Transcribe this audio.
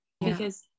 because-